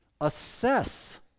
assess